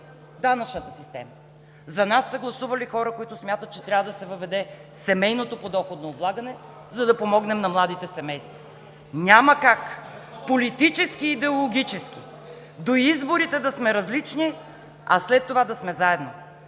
данъчната система. За нас са гласували хора, които смятат, че трябва да се въведе семейното подоходно облагане, за да помогнем на младите семейства. Няма как политически и идеологически до изборите да сме различни, след това да сме заедно!